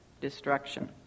destruction